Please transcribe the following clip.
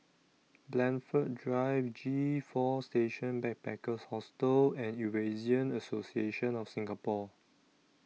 Blandford Drive G four Station Backpackers Hostel and Eurasian Association of Singapore